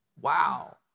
Wow